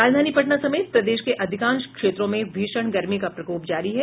राजधानी पटना समेत प्रदेश के अधिकांश क्षेत्रों में भीषण गर्मी का प्रकोप जारी है